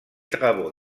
travaux